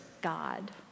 God